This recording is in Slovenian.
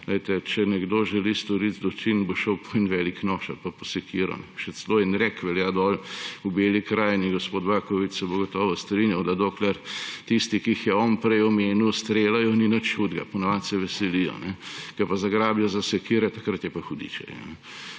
če nekdo želi storiti zločin, bo šel po en velik nož ali pa po sekiro. Še celo en rek velja v Beli krajini, gospod Baković se bo gotovo strinjal, da dokler tisti, ki jih je on prej omenil, streljajo, ni nič hudega, po navadi se veselijo. Ko pa zagrabijo za sekire, takrat je pa hudič,